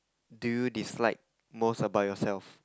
do you dislike most about yourself